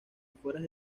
afueras